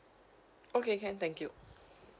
okay can thank you